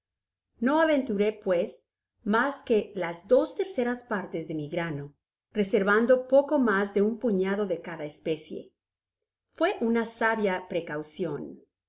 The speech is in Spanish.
no aventuré pues mas que las dos terceras partes de mi grano reservando poco mas de un puñado de cada especie fue una sábia precaucion de